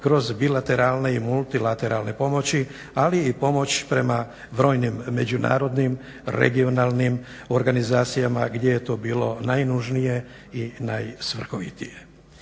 kroz bilateralne i multilateralne pomoći ali i pomoć prema brojnim međunarodnim, regionalnim organizacijama gdje je to bilo najnužnije i najsvrhovitije.